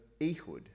Ehud